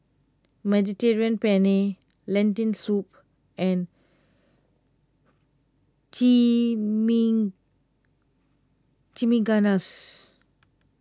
Mediterranean Penne Lentil Soup and Chimichangas